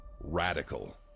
radical